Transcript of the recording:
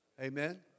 Amen